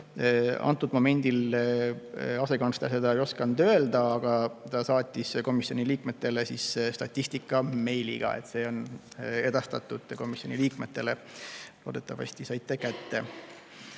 Antud momendil asekantsler seda ei osanud öelda, aga ta saatis komisjoni liikmetele statistika meiliga, nii et see on edastatud komisjoni liikmetele, loodetavasti saite kätte.